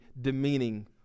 demeaning